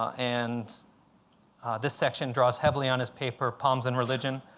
and this section draws heavily on his paper, palms and religion,